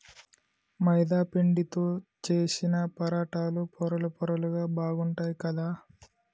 మైదా పిండితో చేశిన పరాటాలు పొరలు పొరలుగా బాగుంటాయ్ కదా